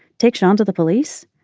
take sean to the police.